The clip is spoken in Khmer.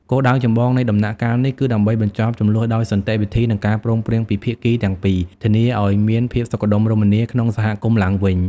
គោលដៅចម្បងនៃដំណាក់កាលនេះគឺដើម្បីបញ្ចប់ជម្លោះដោយសន្តិវិធី និងការព្រមព្រៀងពីភាគីទាំងពីរ ធានាឲ្យមានភាពសុខដុមរមនាក្នុងសហគមន៍ឡើងវិញ។